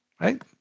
right